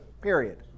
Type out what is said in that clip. period